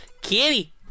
kitty